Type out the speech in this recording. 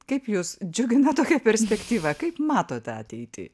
kaip jus džiugina tokia perspektyva kaip matote ateitį